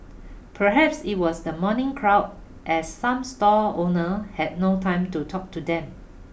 perhaps it was the morning crowd as some stall owner had no time to talk to them